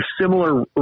similar